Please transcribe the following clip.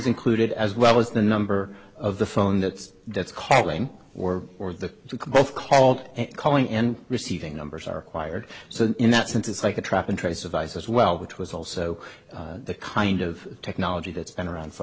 included as well as the number of the phone that that's calling or or the both called calling and receiving numbers are quired so in that sense it's like a trap and trace of ice as well which was also the kind of technology that's been around for a